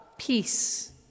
peace